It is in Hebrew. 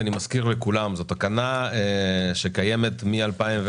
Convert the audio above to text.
אני מזכיר לכולם, זאת הכנה שקיימת מ-2015,